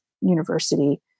university